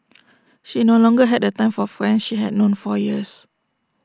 she no longer had the time for friends she had known for years